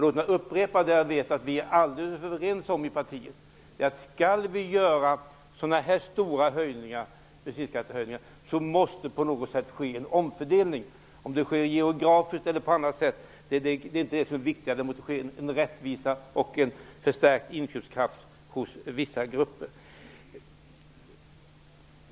Jag vill upprepa att vi alla i partiet är överens om att om man skall genomföra så stora bensinskattehöjningar, måste det på något sätt ske en omfördelning. Om denna omfördelning sker geografiskt eller på annat sätt är inte så viktigt. Däremot måste det ske rättvist och ge en förstärkt köpkraft till vissa grupper.